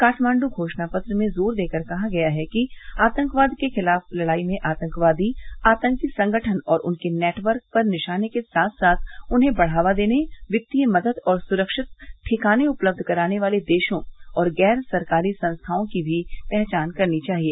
काठमांड् घोषणापत्र में जोर देकर कहा गया है कि आतंकवाद के खिलाफ तड़ाई में आतंकवादी आतंकी संगठन और उनके नेटवर्क पर निशाने के साथ साथ उन्हें बढ़ावा देने वित्तीय मदद और सुरक्षित ठिकाने उपलब्ध कराने वालों देशों और गैर सरकारी संस्थाओं की भी पहचान करनी चाहिए